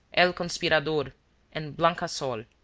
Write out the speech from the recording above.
el conspirador and blanca sol.